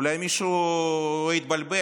אולי מישהו התבלבל,